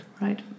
Right